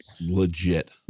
legit